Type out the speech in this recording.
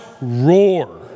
roar